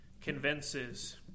convinces